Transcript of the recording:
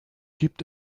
gibt